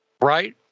right